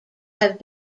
have